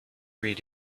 read